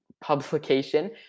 publication